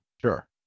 Sure